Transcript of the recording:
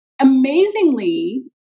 Amazingly